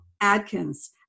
Adkins